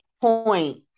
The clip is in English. point